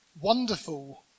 wonderful